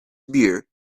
beer